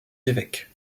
évêques